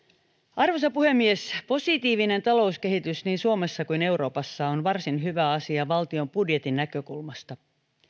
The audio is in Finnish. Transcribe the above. arvoisa puhemies positiivinen talouskehitys niin suomessa kuin euroopassakin on varsin hyvä asia valtion budjetin näkökulmasta